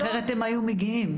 אחרת הם היו מגיעים.